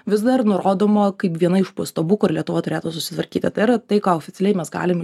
vis dar nurodoma kaip viena iš pastabų kur lietuva turėtų susitvarkyti tai yra tai ką oficialiai mes galim